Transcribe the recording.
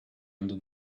under